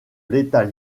l’état